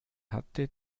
hatte